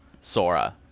Sora